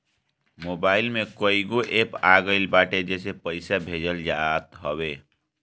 mobile में कईगो app आ गईल बाटे जेसे पईसा भेजल जात हवे